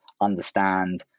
understand